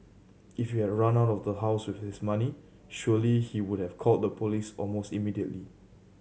if you had run out of house with his money surely he would have called the police almost immediately